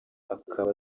akaba